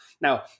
Now